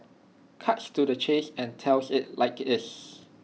cuts to the chase and tells IT like IT is